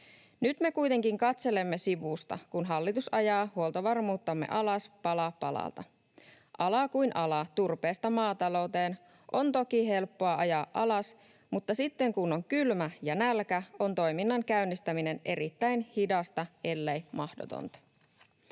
Nyt me kuitenkin katselemme sivusta, kun hallitus ajaa huoltovarmuuttamme alas pala palalta. Ala kuin ala turpeesta maatalouteen on toki helppoa ajaa alas, mutta sitten kun on kylmä ja nälkä, on toiminnan käynnistäminen erittäin hidasta ellei mahdotonta.